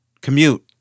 commute